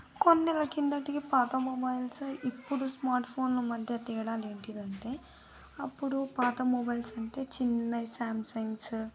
కొన్నేళ్ళ కిందటి పాత మొబైల్స్ ఇప్పుడు స్మార్ట్ ఫోన్ల మధ్య తేడాలేంటిది అంటే అప్పుడు పాత మొబైల్స్ అంటే చిన్నవి శాంసంగ్స్